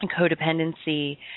codependency